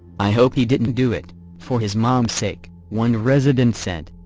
i hope he didn't do it for his mom's sake, one resident said.